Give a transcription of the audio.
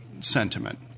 sentiment